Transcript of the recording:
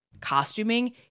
costuming